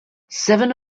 seven